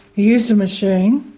he used a machine